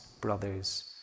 brothers